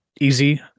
Easy